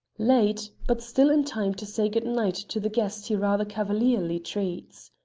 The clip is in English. late, but still in time to say good-night to the guest he rather cavalierly treats.